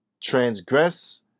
transgress